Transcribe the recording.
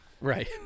right